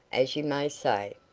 as you may say.